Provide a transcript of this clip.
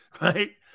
Right